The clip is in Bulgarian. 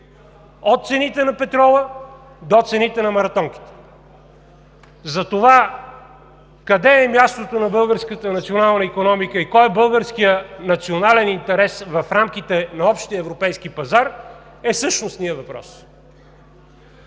от цените на петрола до цените на маратонките. Къде е мястото на българската национална икономика и кой е българският национален интерес в рамките на Общия европейски пазар е същностният въпрос?